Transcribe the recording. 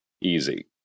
easy